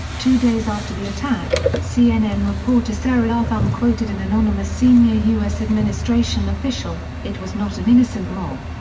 two days after the attack, cnn reporter sarah aarthun quoted an anonymous senior u s. administration official it was not an innocent mob.